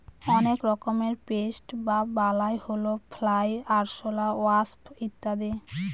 অনেক রকমের পেস্ট বা বালাই হল ফ্লাই, আরশলা, ওয়াস্প ইত্যাদি